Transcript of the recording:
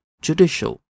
judicial